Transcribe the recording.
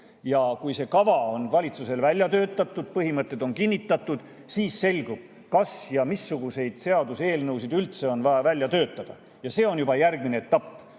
Ja kui see kava on valitsusel välja töötatud, põhimõtted on kinnitatud, siis selgub, kas ja missuguseid seaduseelnõusid üldse on vaja välja töötada. See on juba järgmine etapp.